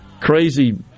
crazy